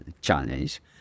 challenge